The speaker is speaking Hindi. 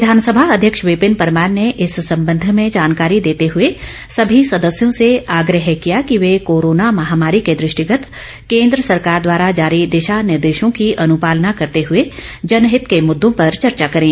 विधानसभा अध्यक्ष विपिन परमार ने इस संबंध में जानकारी देते हुए समी सदस्यों से आग्रह किया कि वे कोरोना महामारी के दृष्टिगत केन्द्र सरकार द्वारा जारी दिशा निर्देशों का अनुपालन करते हुए जनहित के मुद्दों पर चर्चा करें